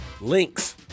Links